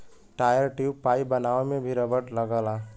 tyre, tube, pipe बनावे में भी रबड़ लगला